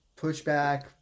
pushback